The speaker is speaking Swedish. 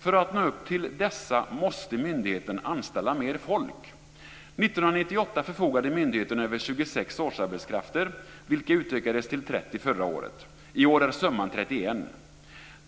För att nå upp till dessa måste myndigheten anställa mer folk. År 1998 förfogade myndigheten över 26 årsarbetskrafter, vilka utökades till 30 förra året. I år är summan 31.